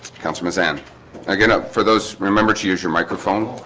councilman's and again up for those remember to use your microphone